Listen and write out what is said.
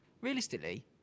realistically